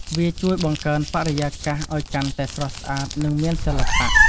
វាជួយបង្កើនបរិយាកាសឱ្យកាន់តែស្រស់ស្អាត និងមានសិល្បៈ។